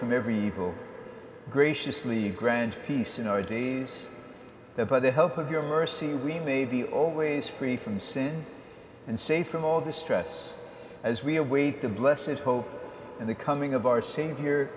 from every evil graciously grant peace in our days that by the help of your mercy we may be always free from sin and safe from all the stress as we await the blessings hope and the coming of our savior